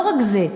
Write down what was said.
לא רק זה,